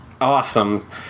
Awesome